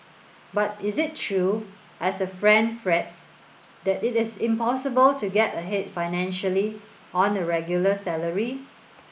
but is it true as a friend frets that it is impossible to get ahead financially on a regular salary